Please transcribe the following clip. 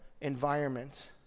environment